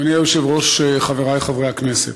אדוני היושב-ראש, חברי חברי הכנסת,